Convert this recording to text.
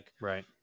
Right